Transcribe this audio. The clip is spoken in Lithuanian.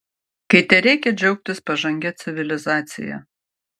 kai tereikia džiaugtis pažangia civilizacija